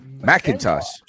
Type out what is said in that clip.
Macintosh